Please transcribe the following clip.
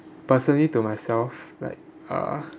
personally to myself like uh